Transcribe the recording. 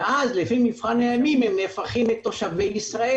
ולפי מבחן הימים הם נהפכים לתושבי ישראל,